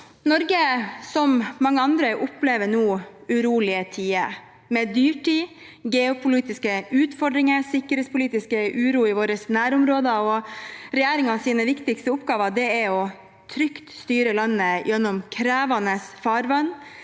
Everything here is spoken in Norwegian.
Norge, som mange andre, opplever nå urolige tider med dyrtid, geopolitiske utfordringer og sikkerhetspolitisk uro i våre nærområder. Regjeringens viktigste oppgaver er å styre landet trygt gjennom krevende farvann,